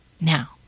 Now